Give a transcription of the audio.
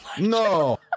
no